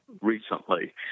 recently